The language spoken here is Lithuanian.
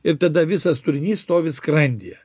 ir tada visas turinys stovi skrandyje